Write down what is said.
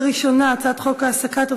ותעבור לדיון בוועדת הכספים.